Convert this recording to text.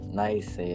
nice